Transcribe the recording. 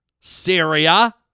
Syria